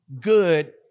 good